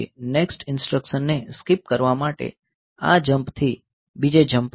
next ઇન્સ્ટ્રક્શનને skip કરવા માટે આ જમ્પથી બીજે જમ્પ કરો